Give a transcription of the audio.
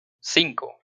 cinco